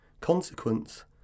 Consequence